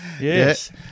Yes